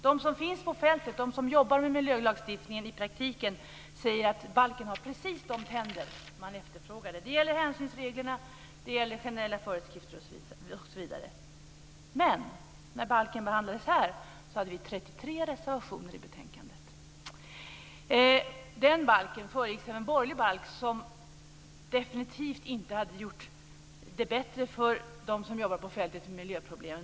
De som finns på fältet, de som jobbar med miljölagstiftningen i praktiken, säger att balken har precis de tänder man efterfrågade. Det gäller hänsynsreglerna. Det gäller generella föreskrifter osv. Men när balken behandlades här hade vi 33 reservationer i betänkandet. Denna balk föregicks av en borgerlig balk som definitivt inte hade gjort det bättre för dem som jobbar på fältet med miljöproblem.